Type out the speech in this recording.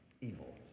Evil